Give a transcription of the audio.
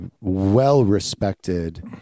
well-respected